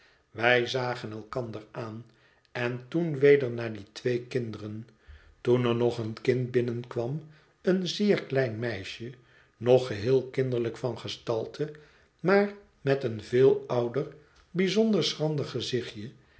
wij zagen elkander aan en toen weder naar die twee kinderen toen er nog een kind binnenkwam een zeer klein meisje nog geheel kinderlijk van gestalte maar met een veel ouder bijzonder schrander gezichtje